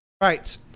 Right